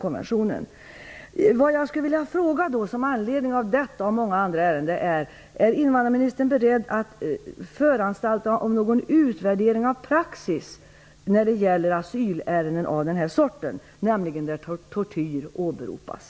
Det jag skulle vilja fråga med anledning av detta och många andra ärenden är: Är invandrarministern beredd att föranstalta om någon utvärdering av praxis när det gäller asylärenden där tortyr åberopas?